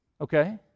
Okay